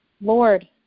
Lord